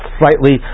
slightly